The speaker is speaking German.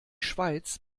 schweiz